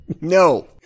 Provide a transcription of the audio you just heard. no